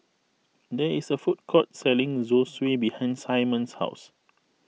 there is a food court selling Zosui behind Simon's house